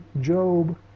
Job